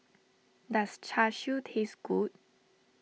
does Char Siu taste good